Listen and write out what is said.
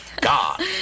God